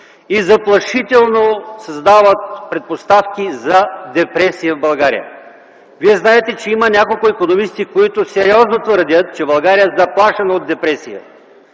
и заплашително създават предпоставки за депресия в България. Вие знаете, че има няколко икономисти, които сериозно твърдят, че България е заплашена от депресия.